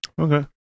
Okay